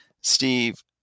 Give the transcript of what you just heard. Steve